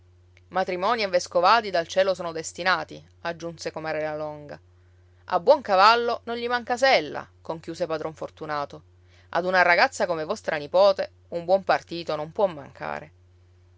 matrimonii e vescovadi dal cielo sono destinati aggiunse comare la longa a buon cavallo non gli manca sella conchiuse padron fortunato ad una ragazza come vostra nipote un buon partito non può mancare